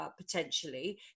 potentially